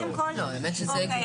תודה רבה.